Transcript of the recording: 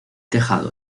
tejado